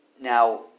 Now